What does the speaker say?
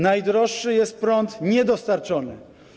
Najdroższy jest prąd niedostarczony.